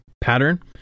pattern